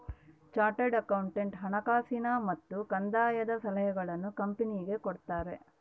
chartered accountant ಹಣಕಾಸಿನ ಮತ್ತು ಕಂದಾಯದ ಸಲಹೆಗಳನ್ನು ಕಂಪನಿಗೆ ಕೊಡ್ತಾರ